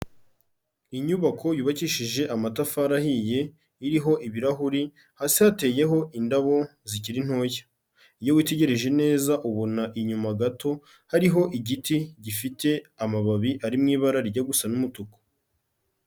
Inyubako yubakishije amatafari ahiye, iriho ibirahuri, hasi hateyeho indabo zikiri ntoya, iyo witegereje neza ubona inyuma gato hariho igiti gifite amababi ari mu ibara rjya gusa n'umutuku.